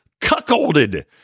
cuckolded